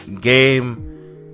game